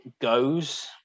goes